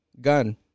gun